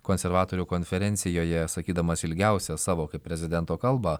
konservatorių konferencijoje sakydamas ilgiausią savo kaip prezidento kalbą